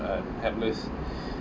uh helpless